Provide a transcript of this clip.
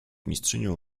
mistrzynią